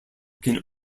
can